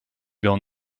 will